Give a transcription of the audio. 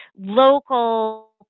local